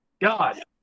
God